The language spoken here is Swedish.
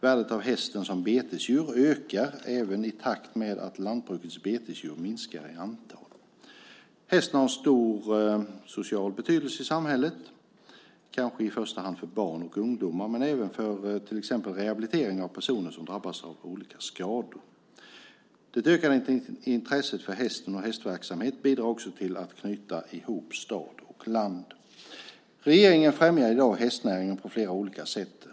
Värdet av hästen som betesdjur ökar även i takt med att lantbrukets betesdjur minskar i antal. Hästen har en stor social betydelse i samhället, kanske i första hand för barn och ungdomar men även för exempelvis rehabilitering av personer som drabbats av olika skador. Det ökade intresset för hästen och hästverksamhet bidrar också till att knyta ihop stad och land. Regeringen främjar i dag hästnäringen på flera olika sätt.